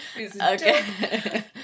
Okay